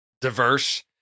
diverse